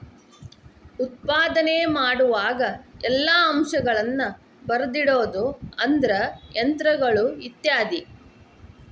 ಉತ್ಪಾದನೆ ಮಾಡುವಾಗ ಎಲ್ಲಾ ಅಂಶಗಳನ್ನ ಬರದಿಡುದು ಅಂದ್ರ ಯಂತ್ರಗಳು ಇತ್ಯಾದಿ